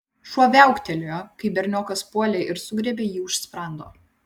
šuo viauktelėjo kai berniokas puolė ir sugriebė jį už sprando